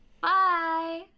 Bye